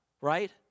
right